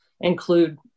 include